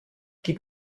gib